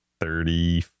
Thirty